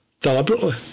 Deliberately